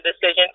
decision